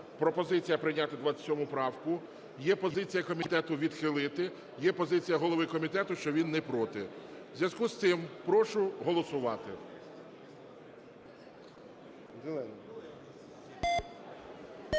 пропозиція прийняти 27 правку. Є позиція комітету – відхилити. Є позиція голови комітету, що він – не проти. В зв'язку із цим прошу голосувати.